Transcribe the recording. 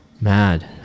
mad